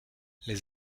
les